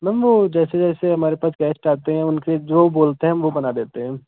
ma'am वह जैसे जैसे हमारे पास गेस्ट आते हैं उनके जो बोलते है हम वह बना देते हैं